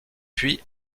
puis